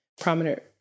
prominent